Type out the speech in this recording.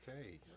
Okay